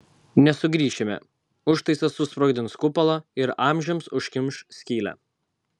nesugrįšime užtaisas susprogdins kupolą ir amžiams užkimš skylę